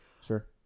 sure